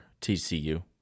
TCU